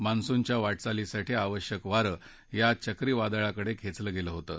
मान्सूनच्या वाटचालीसाठी आवश्यक वारं या चक्रीवादळाकडे खेचलं गेलं होतं